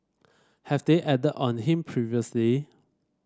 have they acted on him previously